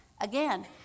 again